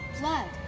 blood